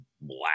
black